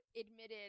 admitted